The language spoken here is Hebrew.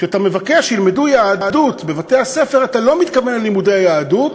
שכשאתה מבקש שילמדו יהדות בבתי-הספר אתה לא מתכוון ללימודי היהדות,